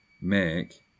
make